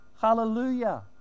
Hallelujah